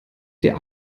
der